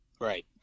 Right